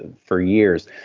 for years.